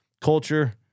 culture